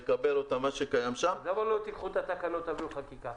נקבל מה שקיים שם -- למה לא תקחו את התקנות ותעבירו חקיקה